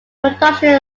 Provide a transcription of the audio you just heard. production